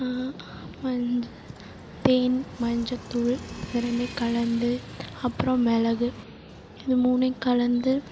வந்து தேன் மஞ்சத்தூள் இது ரெண்டையும் கலந்து அப்புறம் மிளகு இது மூணையும் கலந்து